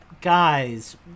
Guys